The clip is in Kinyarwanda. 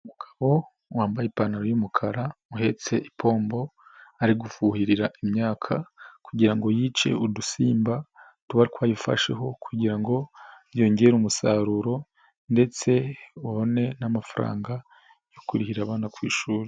Umugabo wambaye ipantaro y'umukara uhetse ipombo ari gufuhira imyaka kugira ngo yice udusimba tuba twayifasheho kugira ngo yongere umusaruro ndetse ubone n'amafaranga yo kurihira abana ku ishuri.